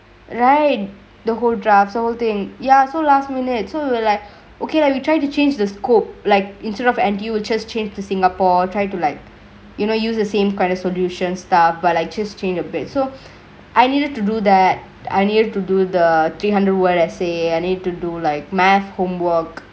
ride the whole drives holdingk ya so last minute so we were like okay let me try to changke the scope like interrupt and you will just changke to singkapore try to like you know use the same credit solution stuff but I just changke a bit so I needed to do that I need to do the three hundred word essay I need to do like math homework